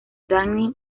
danny